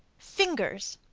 fingers.